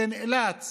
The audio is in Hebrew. שנאלץ